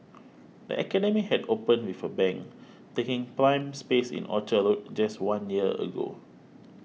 the academy had opened with a bang taking prime space in Orchard Road just one year ago